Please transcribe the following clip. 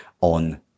on